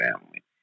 family